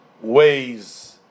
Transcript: ways